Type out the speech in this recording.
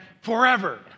Forever